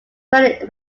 planning